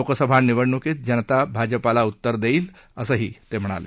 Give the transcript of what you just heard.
लोकसभा निवडणुकीत जनता भाजपाला उत्तर देईल असंही ते म्हणाले